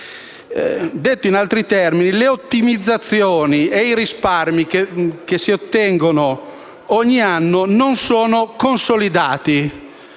Detto in altri termini, le ottimizzazioni e i risparmi che si ottengono ogni anno non sono consolidati,